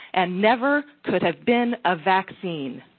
and never could have been a vaccine.